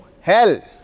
hell